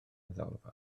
ddalfa